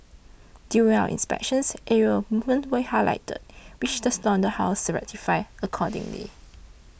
during our inspections areas of improvement were highlighted which the slaughterhouse rectified accordingly